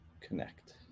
Connect